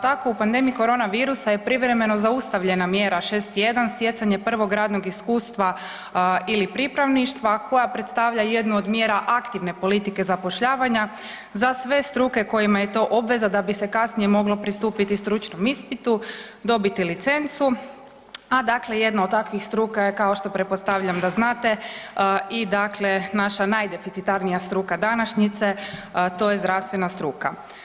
Tako u pandemiji korona virusa je privremeno zaustavljena mjera 6.1. stjecanje prvog radnog iskustva ili pripravništva, a koja predstavlja jednu od mjera aktivne politike zapošljavanja za sve struke kojima je to obveza da bi se kasnije moglo pristupiti stručnom ispitu, dobiti licencu, a dakle jedna od takvih struka je kao što pretpostavljam da znate, i dakle naša najdeficitarnija struka današnjice, a to je zdravstvena struka.